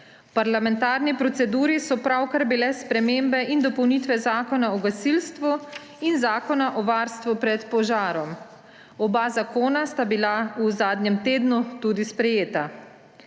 parlamentarni proceduri so pravkar bile spremembe in dopolnitve Zakona o gasilstvu in Zakona o varstvu pred požarom. Oba zakona sta bila v zadnjem tednu tudi sprejeta.